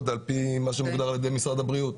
על פי מה שנקבע על ידי משרד הבריאות.